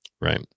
Right